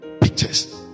pictures